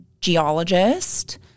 geologist